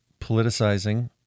politicizing